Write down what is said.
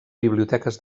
biblioteques